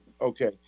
Okay